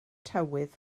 tywydd